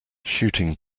shooting